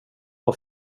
var